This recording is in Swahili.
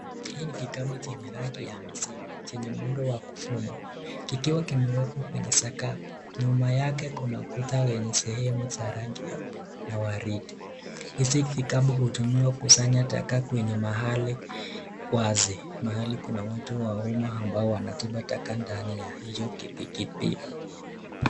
Hii ni kikapu yenye rangi ya maziwa chenye muundo wa kufuma kikiwa kimewekwa kwenye sakafu. Nyuma yake kuna kuna yenye sehemu za rangi ya buluu na waridi. Hizi vikapu hutumiwa kusanya taka kwenye mahali wazi mahali kuna watu wa umma ambao wanatupa taka ndani ya hiyo kipipiga.